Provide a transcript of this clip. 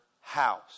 house